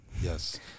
Yes